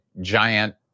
giant